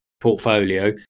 portfolio